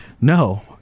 No